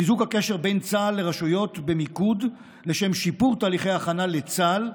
חיזוק הקשר בין צה"ל לרשויות במיקוד לשם שיפור תהליכי ההכנה לצה"ל,